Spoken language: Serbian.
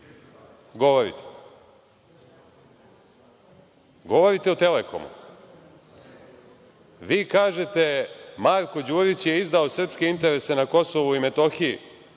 govorite. Govorite o „Telekomu“. Vi kažete Marko Đurić je izdao srpske interese na Kosovu i Metohiji